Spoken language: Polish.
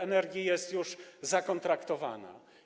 energii jest już zakontraktowana.